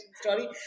story